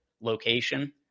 location